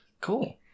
Cool